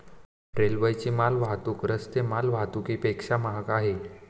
रेल्वेची माल वाहतूक रस्ते माल वाहतुकीपेक्षा महाग आहे